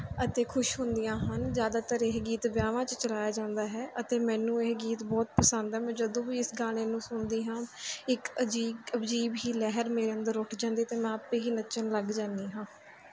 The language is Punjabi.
ਅਤੇ ਖੁਸ਼ ਹੁੰਦੀਆਂ ਹਨ ਜ਼ਿਆਦਾਤਰ ਇਹ ਗੀਤ ਵਿਆਹਾਂ 'ਚ ਚਲਾਇਆ ਜਾਂਦਾ ਹੈ ਅਤੇ ਮੈਨੂੰ ਇਹ ਗੀਤ ਬਹੁਤ ਪਸੰਦ ਹੈ ਜਦੋਂ ਵੀ ਇਸ ਗਾਣੇ ਨੂੰ ਸੁਣਦੀ ਹਾਂ ਇੱਕ ਅਜੀਬ ਅਜੀਬ ਹੀ ਲਹਿਰ ਮੇਰੇ ਅੰਦਰ ਉੱਠ ਜਾਂਦੀ ਅਤੇ ਮੈਂ ਆਪ ਹੀ ਨੱਚਣ ਲੱਗ ਜਾਂਦੀ ਹਾਂ